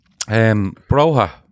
Broha